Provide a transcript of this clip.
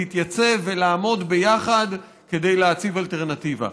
להתייצב ולעמוד ביחד כדי להציב אלטרנטיבה.